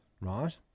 right